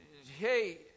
Hey